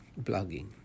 blogging